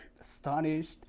astonished